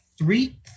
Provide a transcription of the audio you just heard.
three